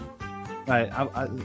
Right